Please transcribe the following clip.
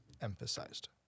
emphasized